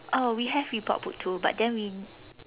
uh we have report book too but then we